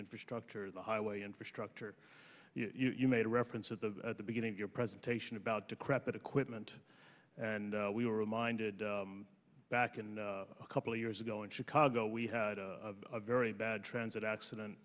infrastructure the highway infrastructure you made reference to at the beginning of your presentation about decrepit equipment and we were reminded back in a couple of years ago in chicago we had a very bad transit accident